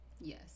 Yes